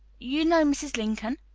you know mrs. lincoln?